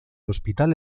hospital